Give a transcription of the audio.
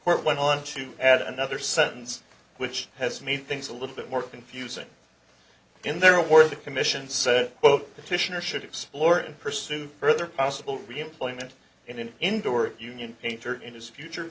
court went on to add another sentence which has made things a little bit more confusing in their words the commission said quote petitioner should explore and pursue further possible reemployment in an indoor union painter in his future